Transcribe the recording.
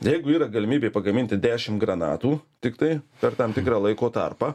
jeigu yra galimybė pagaminti dešim granatų tiktai per tam tikrą laiko tarpą